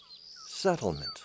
settlement